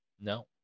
No